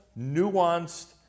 nuanced